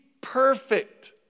perfect